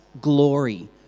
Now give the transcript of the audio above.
glory